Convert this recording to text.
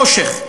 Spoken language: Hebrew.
לחופש,